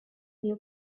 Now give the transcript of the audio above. new